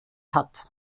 hat